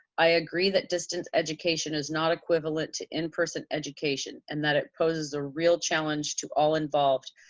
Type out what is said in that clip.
i agree that distance education is not equivalent to in person education and that it poses a real challenge to all involved.